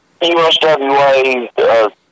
USWA